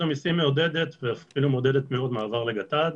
המסים מ עודדת ואפילו מעודדת מאוד מעבר לגט"ד.